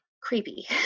creepy